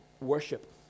worship